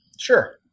Sure